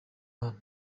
aha